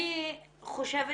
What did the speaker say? אני חושבת